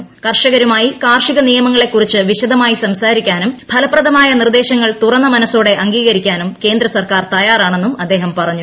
ക്ടർഷക്രുമായി കാർഷിക നിയമങ്ങളെ കുറിച്ച് പിശദമായി സംസാരിക്കാനും ഫലപ്രദമായ നിർദേശങ്ങൾ തുറന്ന ്മനസ്സോടെ അംഗീകരിക്കാനും കേന്ദ്ര സർക്കാർ തയ്യാറാണെന്നും അദ്ദേഹം പറഞ്ഞു